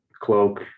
Cloak